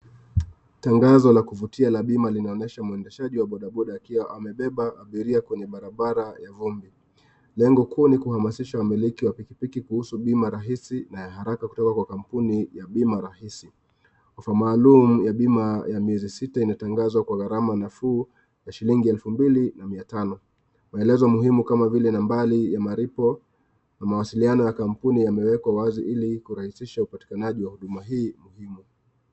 Tangazo la kuvutia linaonyesha mwendeshaji wa bodaboda akiwa amebeba abilia kwenye barabara ya vumbi ,lengo kuu ni kuhamishisha wamiliki wa pikipiki kuhusu bima rahisi na ya haraka kutoka kwa kampuni ya bima rahisi ,sifa maalum ya bima ya miezi sita inatangazwa kwa gharama nafuu ya shilingi elfu mbili na mia tano ,maelezo muhimu kama vile; nambari ya malipo na mawasiliano ya kampuni yamewekwa wazi ili kurahisisha upatikanaji wa huduma hii muhimu.